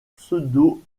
pseudo